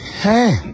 Hey